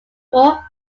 moore